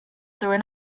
through